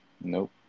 Nope